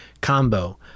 combo